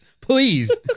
please